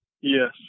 Yes